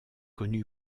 connu